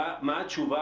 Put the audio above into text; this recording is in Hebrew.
מה התשובה שלך?